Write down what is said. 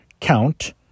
count